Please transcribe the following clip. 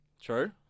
True